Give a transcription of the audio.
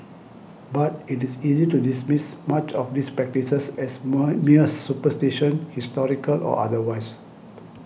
but it is easy to dismiss much of these practices as more mere superstition historical or otherwise